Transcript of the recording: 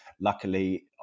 luckily